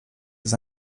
jest